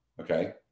Okay